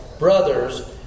Brothers